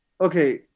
okay